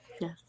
Yes